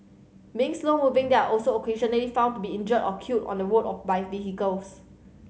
mean slow moving they are also occasionally found to be injured or killed on the road of by vehicles